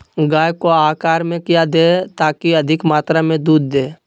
गाय को आहार में क्या दे ताकि अधिक मात्रा मे दूध दे?